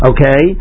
Okay